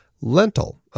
Lentil